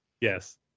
Yes